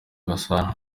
gasana